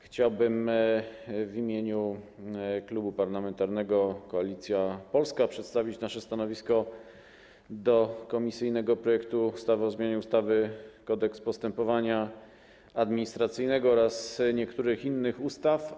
Chciałbym w imieniu Klubu Parlamentarnego Koalicja Polska przedstawić nasze stanowisko odnośnie do komisyjnego projektu ustawy o zmianie ustawy - Kodeks postępowania administracyjnego oraz niektórych innych ustaw.